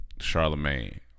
Charlemagne